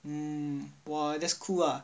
mm !wah! that's cool ah